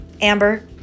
Amber